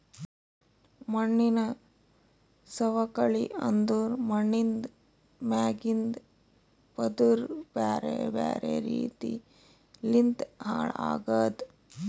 ಮಣ್ಣಿನ ಸವಕಳಿ ಅಂದುರ್ ಮಣ್ಣಿಂದ್ ಮ್ಯಾಗಿಂದ್ ಪದುರ್ ಬ್ಯಾರೆ ಬ್ಯಾರೆ ರೀತಿ ಲಿಂತ್ ಹಾಳ್ ಆಗದ್